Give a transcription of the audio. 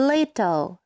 Little